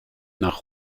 nach